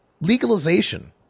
legalization